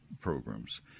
programs